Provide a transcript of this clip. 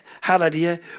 hallelujah